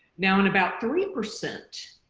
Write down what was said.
now in about three percent